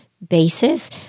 basis